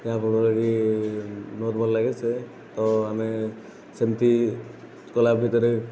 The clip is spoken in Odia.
ଯାହାଫଳରେ ବି ବହୁତ ଭଲ ଲାଗେ ସେ ତ ଆମେ ସେମିତି କଲା ଭିତରେ